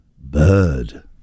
bird